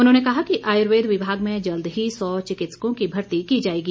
उन्होंने कहा कि आयुर्वेद विभाग में जल्द ही सौ चिकित्सकों की भर्ती की जाएगी